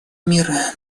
мира